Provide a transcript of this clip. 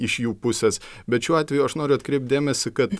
iš jų pusės bet šiuo atveju aš noriu atkreipt dėmesį kad